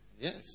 Yes